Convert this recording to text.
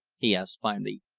he asked finally.